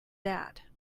that